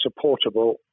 supportable